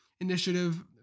Initiative